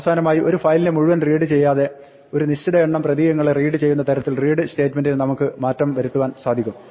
അവസാനമായി ഒരു ഫയലിനെ മുഴുവൻ റീഡ് ചെയ്യാതെ ഒരു നിശ്ചിത എണ്ണം പ്രതീകങ്ങളെ റീഡ് ചെയ്യുന്ന തരത്തിൽ റീഡ് സ്റ്റേറ്റ്മെന്റിനെ നമുക്ക് മാറ്റം വരുത്തുവാൻ സാധിക്കും